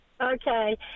Okay